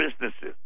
businesses